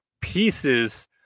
pieces